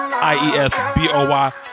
I-E-S-B-O-Y